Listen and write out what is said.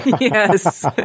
Yes